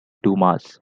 dumas